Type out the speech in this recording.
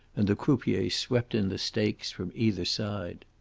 and the croupier swept in the stakes from either side.